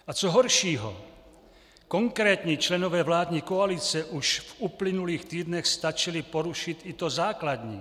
A co horšího, konkrétní členové vládní koalice už v uplynulých týdnech stačili porušit i to základní.